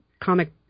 comic